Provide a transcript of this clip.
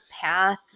path